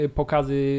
pokazy